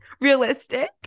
realistic